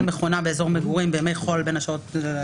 מכונה באזור מגורים בימי חול בין השעות...